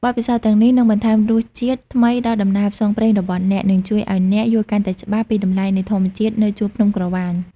បទពិសោធន៍ទាំងនេះនឹងបន្ថែមរសជាតិថ្មីដល់ដំណើរផ្សងព្រេងរបស់អ្នក និងជួយឲ្យអ្នកយល់កាន់តែច្បាស់ពីតម្លៃនៃធម្មជាតិនៅជួរភ្នំក្រវាញ។